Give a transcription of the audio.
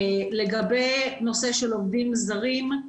לגבי נושא של עובדים זרים,